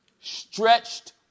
stretched